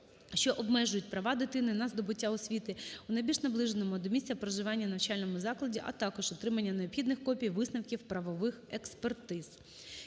що обмежують права дитини на здобуття освіти у найбільш наближеному до місця проживання навчальному закладі, а також отримання необхідних копій висновків правових експертиз.